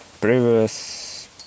Previous